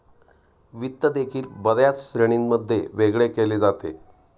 वित्त देखील बर्याच श्रेणींमध्ये वेगळे केले जाते